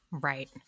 Right